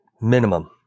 minimum